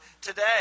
today